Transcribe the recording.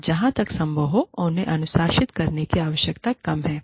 और जहाँ तक संभव हो उन्हें अनुशासित करने की आवश्यकता कम है